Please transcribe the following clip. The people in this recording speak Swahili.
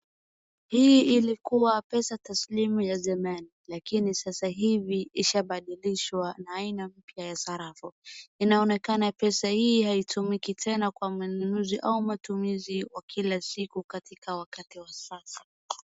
Hii ilkua pesa taslim ya zamani lakini sasa hivi ishabadilishwa na aina mpya ya sarafu. Inaonekana pesa hii haitumiki tena kwa manunuzi au matumizi wa kila siku katika wakati wa sasa.